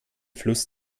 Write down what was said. fluss